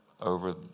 over